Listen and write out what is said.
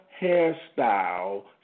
hairstyle